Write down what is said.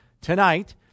tonight